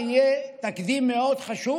זה יהיה תקדים מאוד חשוב.